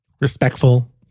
respectful